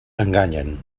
enganyen